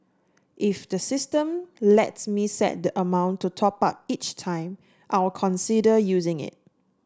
if the system lets me set the amount to top up each time I'll consider using it